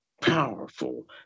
powerful